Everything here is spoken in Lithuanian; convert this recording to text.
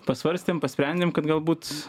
pasvarstėm pasprendėm kad galbūt